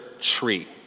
tree